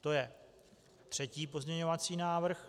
To je třetí pozměňovací návrh.